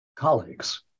Colleagues